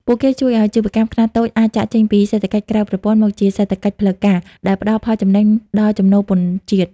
ពួកគេជួយឱ្យអាជីវកម្មខ្នាតតូចអាចចាកចេញពី "សេដ្ឋកិច្ចក្រៅប្រព័ន្ធ" មកជា "សេដ្ឋកិច្ចផ្លូវការ" ដែលផ្ដល់ផលចំណេញដល់ចំណូលពន្ធជាតិ។